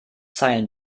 zeilen